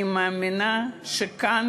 אני מאמינה שכאן,